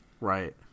Right